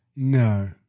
No